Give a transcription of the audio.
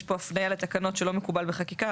יש פה הפניה לתקנות שלא מקובל בחקיקה.